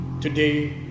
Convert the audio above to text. today